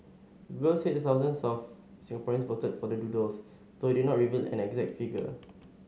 said thousands of Singaporeans voted for the doodles though it did not reveal an exact figure